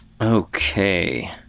Okay